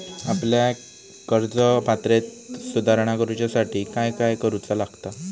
आपल्या कर्ज पात्रतेत सुधारणा करुच्यासाठी काय काय करूचा लागता?